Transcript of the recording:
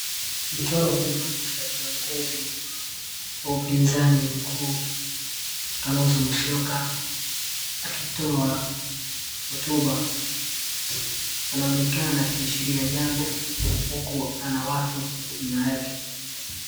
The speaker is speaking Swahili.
Kiongozi wa upinzani mkuu Kalonzo Musyoka akitoa hotuba. Anaonekana akiashiria jambo kwa kuwa ana watu nyuma yake.